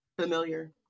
familiar